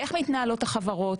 איך מתנהלות החברות?